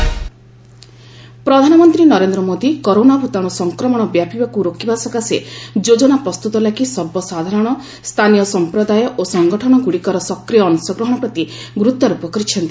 PM meeting ପ୍ରଧାନମନ୍ତ୍ରୀ Narendra Modi corona ଭୂତାଣୁ ସଂକ୍ରମଣ ବ୍ୟାପିବାକୁ ରୋକିବା ସକାଶେ ଯୋଜନା ପ୍ରସ୍ତୁତ ଲାଗି ସର୍ବସାଧାରଣ ସ୍ଥାନୀୟ ସଂପ୍ରଦାୟ ଓ ସଂଗଠନଗୁଡ଼ିକର ସକ୍ରିୟ ଅଂଶଗ୍ରହଣ ପ୍ରତି ଗୁରୁତ୍ୱାରୋପ କରିଛନ୍ତି